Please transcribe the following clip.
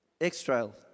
X-Trail